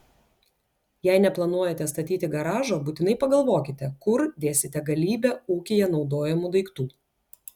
jei neplanuojate statyti garažo būtinai pagalvokite kur dėsite galybę ūkyje naudojamų daiktų